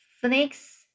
phoenix